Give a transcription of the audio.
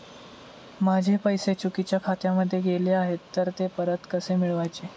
माझे पैसे चुकीच्या खात्यामध्ये गेले आहेत तर ते परत कसे मिळवायचे?